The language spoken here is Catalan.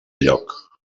lloc